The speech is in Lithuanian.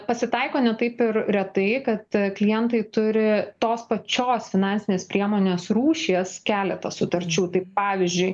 pasitaiko ne taip ir retai kad klientai turi tos pačios finansinės priemonės rūšies keletą sutarčių tai pavyzdžiui